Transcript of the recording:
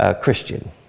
Christian